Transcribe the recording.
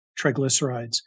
triglycerides